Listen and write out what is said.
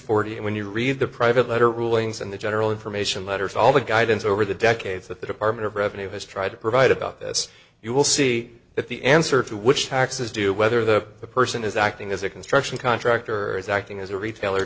forty when you read the private letter rulings and the general information letters all the guidance over the decades that the department of revenue has tried to provide about this you will see if the answer to which taxes do whether the person is acting as a construction contractor is acting as a retailer